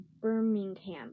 Birmingham